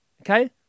okay